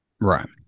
right